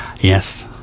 yes